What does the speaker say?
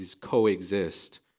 coexist